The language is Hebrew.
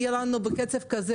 בקצב הזה,